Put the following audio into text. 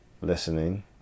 Listening